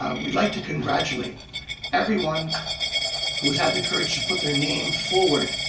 ah we'd like to congratulate everyone who has had the courage to put their name forward,